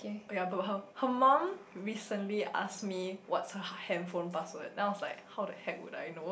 yea but her her mum recently ask me what's her handphone password then I was like how the heck would I know